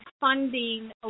funding